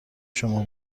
شما